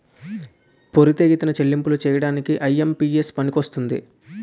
పోరితెగతిన చెల్లింపులు చేయడానికి ఐ.ఎం.పి.ఎస్ పనికొస్తుంది